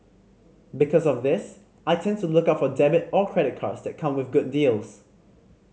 because of this I tend to look out for debit or credit cards that come with good deals